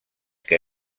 que